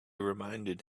reminded